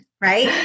right